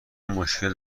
مشکل